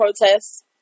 protests